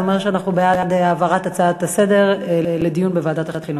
זה אומר שאנחנו בעד העברת ההצעה לסדר-היום לדיון בוועדת החינוך.